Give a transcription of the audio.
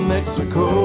Mexico